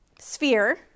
sphere